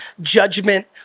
judgment